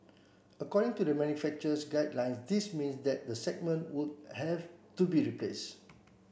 according to the manufacturer's guidelines this mean that the segment would have to be replace